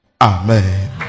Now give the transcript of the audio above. amen